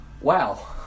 wow